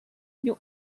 you